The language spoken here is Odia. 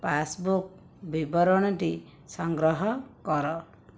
ପାସ୍ବୁକ୍ ବିବରଣୀଟି ସଂଗ୍ରହ କର